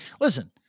Listen